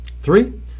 Three